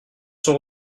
sont